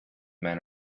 men